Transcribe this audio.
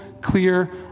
clear